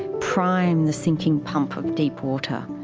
prime the sinking pump of deep water,